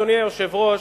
אדוני היושב-ראש,